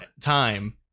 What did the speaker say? time